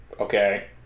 Okay